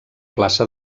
plaça